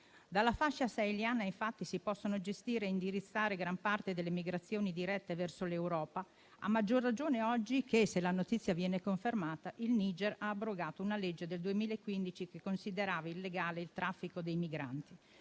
Dalla fascia saheliana, infatti, si possono gestire e indirizzare gran parte delle migrazioni dirette verso l'Europa, a maggior ragione oggi che, se la notizia viene confermata, il Niger ha abrogato una legge del 2015 che considerava illegale il traffico dei migranti.